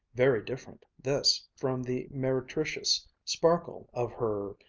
very different, this, from the meretricious sparkle of her,